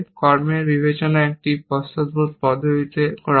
কর্মের বিবেচনা একটি পশ্চাদপদ পদ্ধতিতে করা হয়